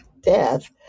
death